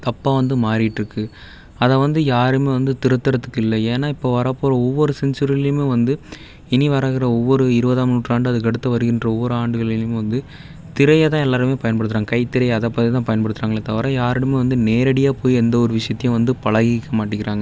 தப்பாக வந்து மாறிகிட்ருக்கு அதை வந்து யாருமே வந்து திருத்துறதுக்கில்லை ஏன்னா இப்போ வர போகிற ஒவ்வொரு சென்ச்சூரியிலியுமே வந்து இனி வருகிற ஒவ்வொரு இருபதாம் நூற்றாண்டு அதுக்கடுத்து வருகின்ற ஒவ்வொரு ஆண்டுகளிலியுமே வந்து திரையைதான் எல்லாருமே பயன்படுத்துறாங்க கைத்திரை அதை பார்த்துதான் பயன்படுத்துறாங்களே தவிர யாரிடமே வந்து நேரடியாக போய் எந்த ஒரு விஷயத்தையும் வந்து பழகிக்க மாட்டேங்கிறாங்க